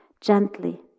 Gently